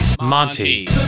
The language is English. Monty